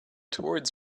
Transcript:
towards